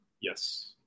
Yes